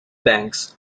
banks